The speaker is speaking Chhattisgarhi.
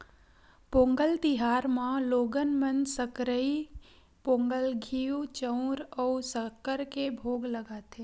पोंगल तिहार म लोगन मन सकरई पोंगल, घींव, चउर अउ सक्कर के भोग लगाथे